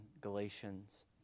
Galatians